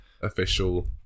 official